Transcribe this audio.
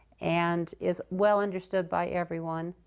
and is well understood by everyone.